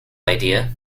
idea